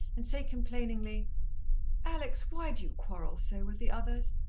and say complainingly alex, why do you quarrel so with the others?